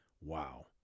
Wow